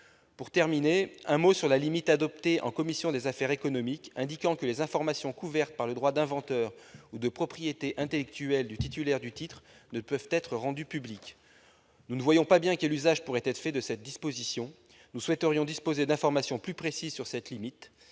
J'ajouterai un mot sur la limite instaurée par la commission des affaires économiques, précisant que « les informations couvertes par le droit d'inventeur ou de propriété intellectuelle » du titulaire du titre ne peuvent être rendues publiques. Nous ne voyons pas bien quel usage pourrait être fait de cette disposition et souhaiterions disposer d'informations plus précises sur cette limite,